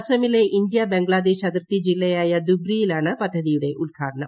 അസമിലെ ഇന്ത്യ ബംഗ്ലാദേശ് അതിർത്തി ജില്ലയായ ദുബ്രിയിലാണ് പദ്ധതിയുടെ ഉദ്ഘാടനം